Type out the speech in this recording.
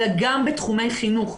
אלא גם בתחומי חינוך.